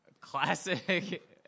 Classic